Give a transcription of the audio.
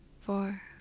four